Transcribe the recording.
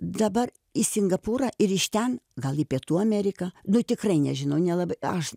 dabar į singapūrą ir iš ten gal į pietų ameriką nu tikrai nežinau nelabai aš